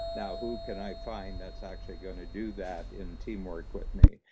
now, who can i find that's actually going to do that in teamwork with me?